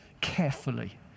carefully